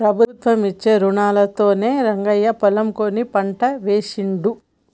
ప్రభుత్వం ఇచ్చే రుణాలతోనే రంగయ్య పొలం కొని పంట వేశిండు